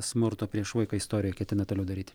smurto prieš vaiką istorijoj ketina toliau daryt